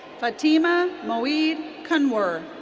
fatima moid kunwer.